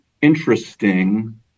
interesting